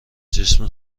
جسم